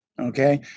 okay